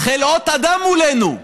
חלאות אדם מולנו,